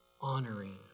honoring